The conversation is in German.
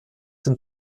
den